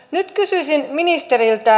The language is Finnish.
nyt kysyisin ministeriltä